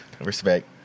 Respect